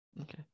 Okay